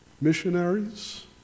missionaries